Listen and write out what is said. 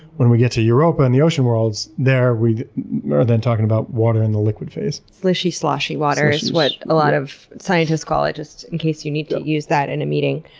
when we get to europa and the ocean worlds, there we are talking about water in the liquid phase. slushy sloshy waters, what a lot of scientists call it, just in case you need to use that in a meeting.